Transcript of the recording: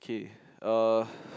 okay uh